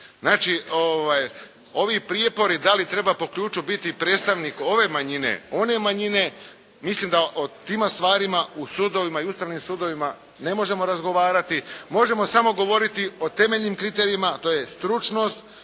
Znači, ovi prijepori da li treba po ključu biti predstavnik ove manjine, one manjine mislim da o tima stvarima u sudovima i Ustavnim sudovima ne možemo razgovarati. Možemo samo govoriti o temeljnim kriterijima, a to je stručnost,